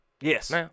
Yes